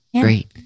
great